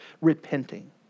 repenting